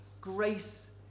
grace